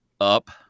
Up